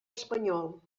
espanyol